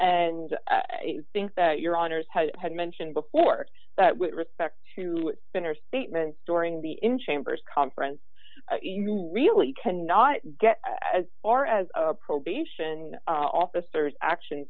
and i think that your honour's has had mentioned before that with respect to spin or statement during the in chambers conference you really can not get as far as a probation officer's action